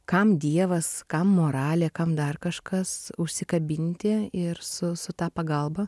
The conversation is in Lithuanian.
kam dievas kam moralė kam dar kažkas užsikabinti ir su su ta pagalba